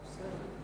ויצא.